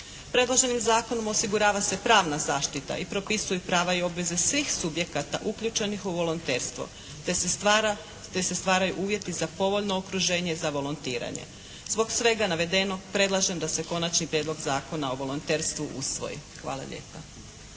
Predloženim zakonom osigurava se pravna zaštita i propisuju prava i obveze svih subjekata uključenih u volonterstvo, te se stvaraju uvjeti za povoljno okruženje za volontiranje. Zbog svega navedenog predlažem da se Konačni prijedlog Zakona o volonterstvu usvoji. Hvala lijepa.